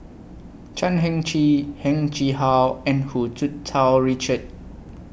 Chan Heng Chee Heng Chee How and Hu Tsu Tau Richard